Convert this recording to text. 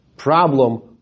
Problem